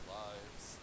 lives